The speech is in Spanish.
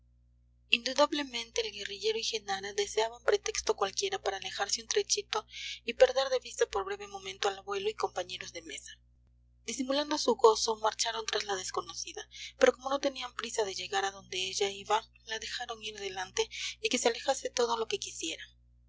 indudablemente el guerrillero y genara deseaban pretexto cualquiera para alejarse un trechito y perder de vista por breve momento al abuelo y compañeros de mesa disimulando su gozo marcharon tras la desconocida pero como no tenían prisa de llegar a donde ella iba la dejaron ir delante y que se alejase todo lo que quisiera